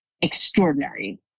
extraordinary